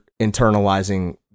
internalizing